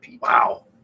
Wow